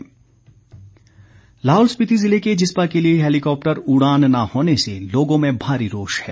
helicopter मांग लाहौल स्पीति जिले के जिस्पा के लिए हैलीकॉप्टर उड़ान न होने से लोगों में भारी रोष है